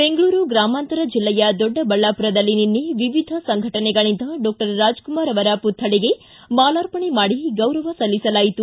ಬೆಂಗಳೂರು ಗ್ರಾಮಾಂತರ ಜಿಲ್ಲೆಯ ದೊಡ್ಡಬಳ್ಳಾಪುರದಲ್ಲಿ ನಿನ್ನೆ ವಿವಿಧ ಸಂಘಟನೆಗಳಿಂದ ಡಾಕ್ಟರ್ ರಾಜ್ಕುಮಾರ್ ಅವರ ಪುಕ್ಥಳಿಗೆ ಮಾಲಾರ್ಪಣೆ ಮಾಡಿ ಗೌರವ ಸಲ್ಲಿಸಲಾಯಿತು